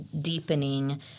deepening